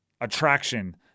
attraction